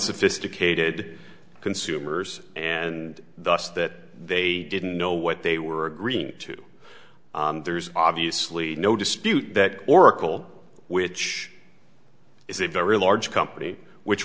unsophisticated consumers and thus that they didn't know what they were agreeing to and there's obviously no dispute that oracle which is a very large company which